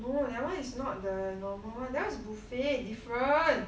no that [one] is not the normal that [one] is buffet different